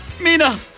Mina